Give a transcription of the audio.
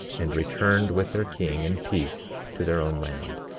and returned with their king in peace to their own land.